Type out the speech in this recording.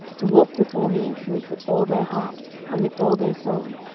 to walk before me in truth with all their heart and with all their soul,